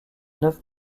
neuf